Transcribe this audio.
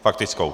Faktickou.